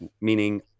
meaning